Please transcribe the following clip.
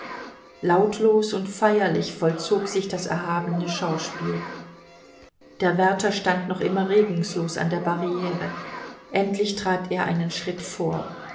lautlos und feierlich vollzog sich das erhabene schauspiel der wärter stand noch immer regungslos an der barriere endlich trat er einen schritt vor